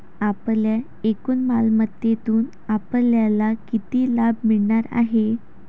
आपल्या एकूण मालमत्तेतून आपल्याला किती लाभ मिळणार आहे?